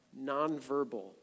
Nonverbal